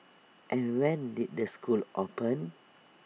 and when did the school open